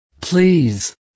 Please